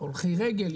הולכי רגל,